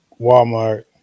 Walmart